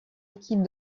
équipe